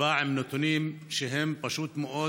בא עם נתונים שהם פשוט מאוד